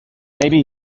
maybe